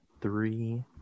three